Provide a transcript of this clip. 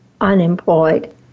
unemployed